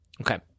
okay